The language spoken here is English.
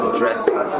dressing